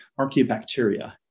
archaeobacteria